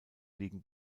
liegen